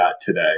today